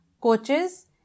coaches